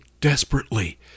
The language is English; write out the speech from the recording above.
desperately